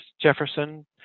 Jefferson